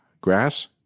grass